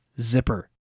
Zipper